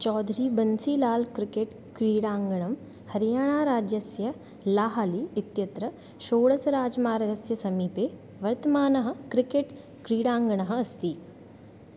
चौधरीबन्सीलालः cricket क्रीडाङ्गणं हरियाणाराज्यस्य लाहली इत्यत्र षोडषराजमार्गस्य समीपे वर्तमानः क्रिकेट् क्रीडाङ्गणम् अस्ति